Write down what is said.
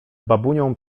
babunią